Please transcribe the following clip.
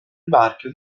marchio